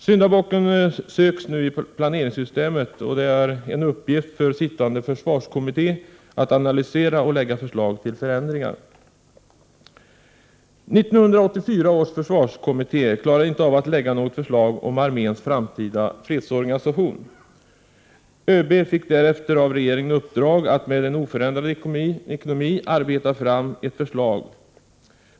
Syndabocken söks nu i planeringssystemet, och det är en uppgift för sittande försvarskommitté att analysera och lägga fram förslag till förändringar. 1984 års försvarskommitté klarade inte av att framlägga något förslag om arméns framtida fredsorganisation. ÖB fick därför av regeringen i uppdrag att med en oförändrad ekonomi arbeta fram ett förslag.